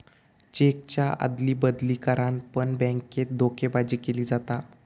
चेकच्या अदली बदली करान पण बॅन्केत धोकेबाजी केली जाता